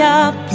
up